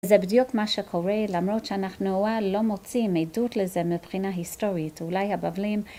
זה בדיוק מה שקורה למרות שאנחנו לא מוצאים עדות לזה מבחינה היסטורית אולי הבבלים